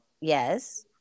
Yes